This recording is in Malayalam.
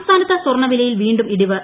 സംസ്ഥാനത്തു സ്വർണവിലയിൽ വീണ്ടും ഇടിവ്